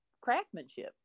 craftsmanship